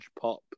pop